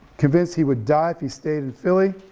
convinced he would die if he stayed in philly.